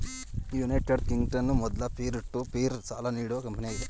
United ಕಿಂಗ್ಡಂನಲ್ಲಿ ಮೊದ್ಲ peer to peer ಸಾಲ ನೀಡುವ ಕಂಪನಿಯಾಗಿದೆ